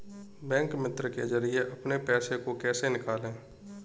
Bank मित्र के जरिए अपने पैसे को कैसे निकालें?